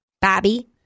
Bobby